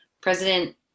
President